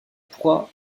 pourra